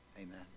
Amen